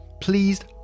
pleased